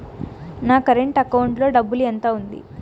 నా current account లో డబ్బులు ఎంత ఉంది?